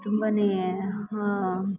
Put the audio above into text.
ತುಂಬ